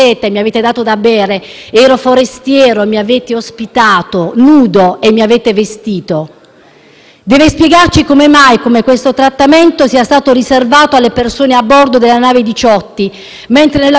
Deve spiegarci come mai questo trattamento sia stato riservato alle persone a bordo della nave Diciotti, mentre nell'agosto del 2018 sbarcavano altre persone nell'assoluto silenzio mediatico e in totale sicurezza.